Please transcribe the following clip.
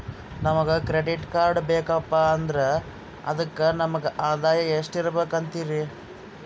ನಮಗ credit card ಬೇಕಪ್ಪ ಅಂದ್ರ ಅದಕ್ಕ ನಮಗ ಆದಾಯ ಎಷ್ಟಿರಬಕು ಅಂತೀರಿ?